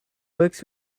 works